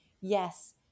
yes